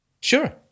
Sure